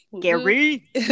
Gary